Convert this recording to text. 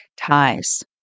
ties